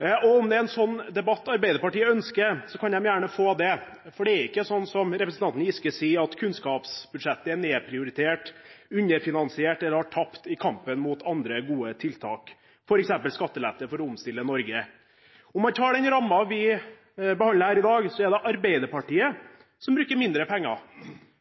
målet. Om det er en sånn debatt Arbeiderpartiet ønsker, kan de gjerne få det, for det er ikke sånn som representanten Giske sier, at kunnskapsbudsjettet er nedprioritert, underfinansiert eller har tapt i kampen mot andre gode tiltak, f.eks. skattelette for å omstille Norge. Om man tar den rammen vi behandler her i dag, så er det Arbeiderpartiet som bruker mindre penger –